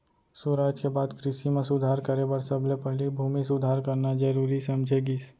सुराज के बाद कृसि म सुधार करे बर सबले पहिली भूमि सुधार करना जरूरी समझे गिस